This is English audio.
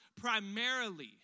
primarily